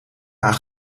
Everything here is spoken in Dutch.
aan